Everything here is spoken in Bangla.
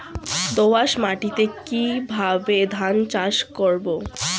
দোয়াস মাটি কিভাবে ধান চাষ করব?